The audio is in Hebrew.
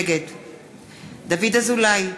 נגד דוד אזולאי,